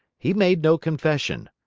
he made no confession.